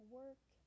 work